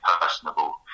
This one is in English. personable